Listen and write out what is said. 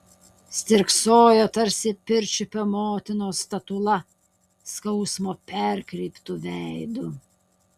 stirksojo tarsi pirčiupio motinos statula skausmo perkreiptu veidu